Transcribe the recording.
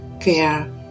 care